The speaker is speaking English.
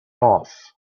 off